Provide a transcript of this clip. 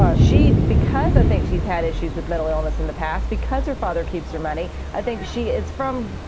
ah she, because i think she's had issues with mental illness in the past because her father keeps her money. i think she is from,